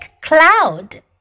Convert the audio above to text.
cloud